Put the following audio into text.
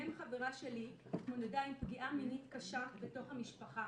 מ' חברה שלי התמודדה עם פגיעה מינית קשה בתוך המשפחה,